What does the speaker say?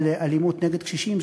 על אלימות נגד קשישים.